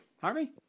Harvey